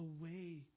away